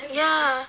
ya